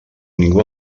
ningú